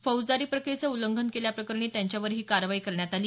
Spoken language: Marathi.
फौजदारी प्रक्रियेचं उल्लंघन केल्याप्रकरणी त्यांच्यावर ही कारवाई करण्यात आली